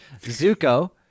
Zuko